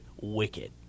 wicked